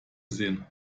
sehen